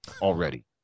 already